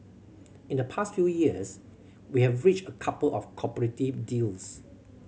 in the past few years we have reached a couple of cooperative deals